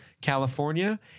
California